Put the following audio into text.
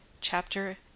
Chapter